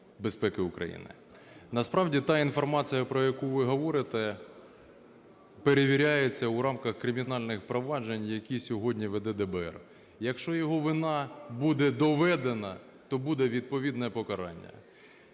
Насправді та інформація, про яку ви говорите, перевіряється у рамках кримінальних проваджень, які сьогодні веде ДБР. Якщо його вина буде доведена, то буде відповідне покарання.